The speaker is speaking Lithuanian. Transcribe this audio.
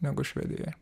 negu švedijoje